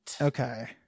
Okay